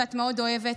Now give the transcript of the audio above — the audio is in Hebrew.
שאת מאוד אוהבת,